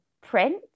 print